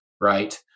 right